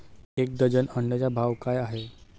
एक डझन अंड्यांचा भाव काय आहे?